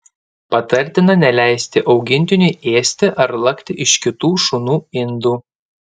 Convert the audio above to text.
patartina neleisti augintiniui ėsti ar lakti iš kitų šunų indų